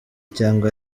cyangwa